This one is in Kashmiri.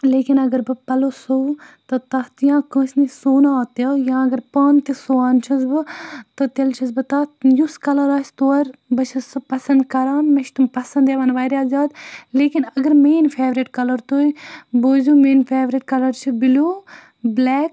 لیکِن اگر بہٕ پَلو سُوٕ تہٕ تَتھ یا کٲنٛسہِ نِش سُوناو تہِ یا اگر پانہٕ تہِ سُوان چھَس بہٕ تہٕ تیٚلہِ چھَس بہٕ تَتھ یُس کَلَر آسہِ تورٕ بہٕ چھَس سُہ پَسَنٛد کَران مےٚ چھِ تِم پَسنٛد یِوان واریاہ زیادٕ لیکِن اگر میٛٲنۍ فیورِٹ کَلَر تُہۍ بوٗزِو میٛٲنۍ فیورِٹ کَلَر چھِ بِلیوٗ بٕلیک